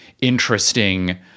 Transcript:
interesting